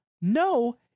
No